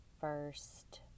first